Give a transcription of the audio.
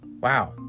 Wow